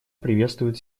приветствует